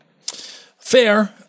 Fair